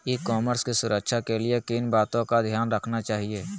ई commerce की सुरक्षा के लिए किन बातों का ध्यान रखना चाहिए?